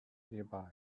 nearby